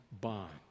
bond